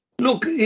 Look